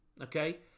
okay